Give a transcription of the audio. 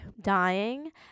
dying